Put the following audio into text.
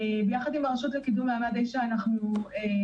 יחד עם הרשות לקידום מעמד האישה אנחנו בונים